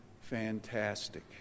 fantastic